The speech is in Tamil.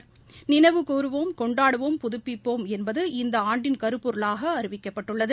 இந்த நாள் நினைவு கூருவோம் கொண்டாடுவோம் புதுப்பிப்போம் என்பது இந்த ஆண்டின் கருப்பொருளாக அறிவிக்கப்பட்டுள்ளது